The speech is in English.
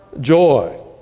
joy